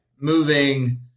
moving